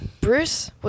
Bruce